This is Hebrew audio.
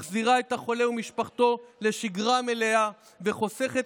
מחזירה את החולה ומשפחתו לשגרה מלאה וחוסכת